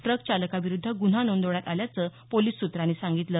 truck चालकाविरुद्ध गुन्हा नोंदवण्यात आल्याचं पोलिस सूत्रांनी सांगितलं